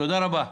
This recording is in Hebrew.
תודה רבה.